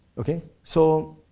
okay? so,